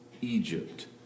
Egypt